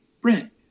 Brent